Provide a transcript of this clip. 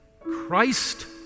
Christ